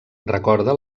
recorda